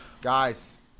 guys